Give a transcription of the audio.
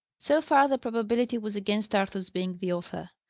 so far the probability was against arthur's being the author.